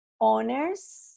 owners